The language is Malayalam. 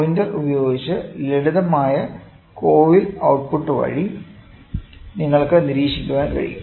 പോയിന്റർ ഉപയോഗിച്ച് ലളിതമായ കോയിൽ ഔട്ട് പുട്ട് വഴി നിങ്ങൾക്ക് നിരീക്ഷിക്കാൻ കഴിയും